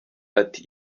ati